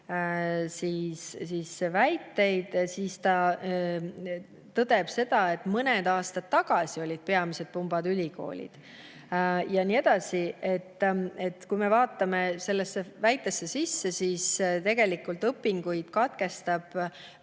väiteid, siis ta tõdeb seda, et mõned aastad tagasi olid peamised pumbad ülikoolid ja nii edasi. Kui me vaatame sellesse väitesse sisse, siis [näeme], tegelikult õpingud katkestab